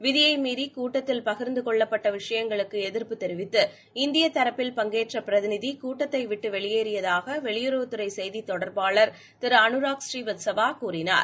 விதியை மீறி கூட்டத்தில் பகிர்ந்து கொள்ளப்பட்ட விஷயங்களுக்கு எதிர்ப்பு தெரிவித்து இந்திய தரப்பில் பங்கேற்ற பிரதிநிதி கூட்டத்தை விட்டு வெளியேறியதாக வெளியுறவுத் துறை செய்தி தொடர்பார் திரு அனுராக் பூரீவத்சவா கூறினார்